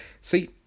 See